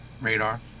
Radar